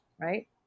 right